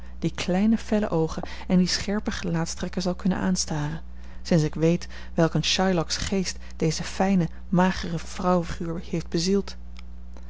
die kleine felle oogen en die scherpe gelaatstrekken zal kunnen aanstaren sinds ik weet welk een shylocks geest deze fijne magere vrouwenfiguur heeft bezield